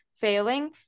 failing